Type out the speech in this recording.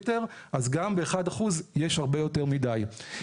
אז גם ב-1% יש הרבה יותר מדי.